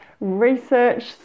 research